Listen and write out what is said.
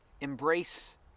Embrace